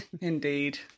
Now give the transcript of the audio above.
Indeed